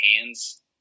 hands